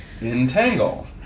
Entangle